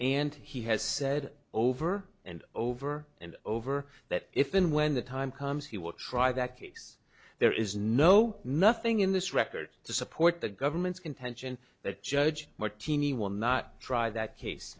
and he has said over and over and over that if and when the time comes he will try that case there is no nothing in this record to support the government's contention that judge martini will not try that case